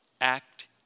act